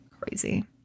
Crazy